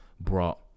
brought